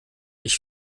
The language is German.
ich